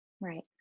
Right